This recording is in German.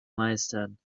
meistern